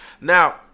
Now